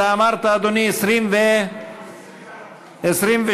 אתה אמרת, אדוני, 20 ו-23.